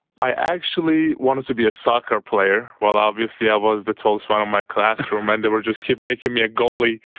i actually wanted to be a soccer player. well, obviously i was the tallest one in my classroom and they were just keep making me a goalie.